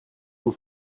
vous